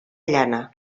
llana